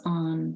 on